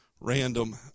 random